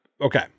okay